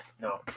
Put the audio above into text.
no